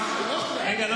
סליחה, סליחה.